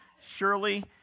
Surely